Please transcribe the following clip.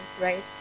right